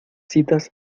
citas